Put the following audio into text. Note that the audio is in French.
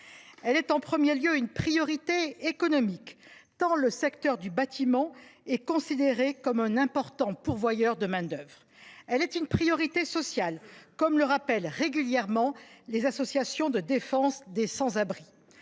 Elle est en premier lieu une priorité économique, tant le secteur du bâtiment est considéré comme un important pourvoyeur de main d’œuvre. Elle est une priorité sociale, comme le rappellent régulièrement les associations de défense des sans abri.